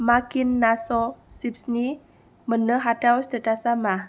माकिन' नाच' सिप्सनि मोन्नो हाथाव स्टेटासा मा